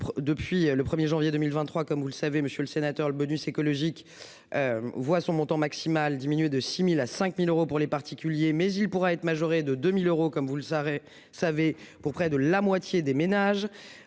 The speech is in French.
depuis le 1er janvier 2023, comme vous le savez, monsieur le sénateur, le bonus écologique. Voit son montant maximal diminué de 6000 à 5000 euros pour les particuliers mais il pourra être majoré de 2000 euros. Comme vous l'arrêt ça avait pour près de la moitié des ménages